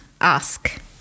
ask